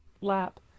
lap